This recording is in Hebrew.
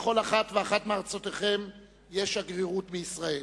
לכל אחת ואחת מארצותיכם יש שגרירות בישראל,